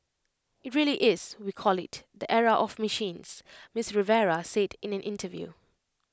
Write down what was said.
IT really is we call IT the era of machines miss Rivera said in an interview